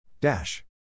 Dash